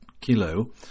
Kilo